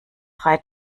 drei